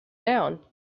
down